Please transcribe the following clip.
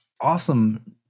awesome